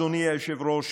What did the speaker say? אדוני היושב-ראש,